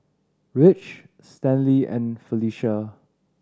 Ridge Stanley and Felicie